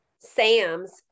Sam's